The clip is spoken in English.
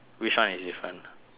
which one is different